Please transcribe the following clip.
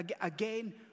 again